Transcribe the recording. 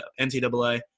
NCAA